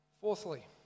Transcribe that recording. Fourthly